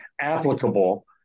applicable